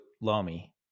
Lomi